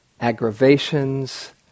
aggravations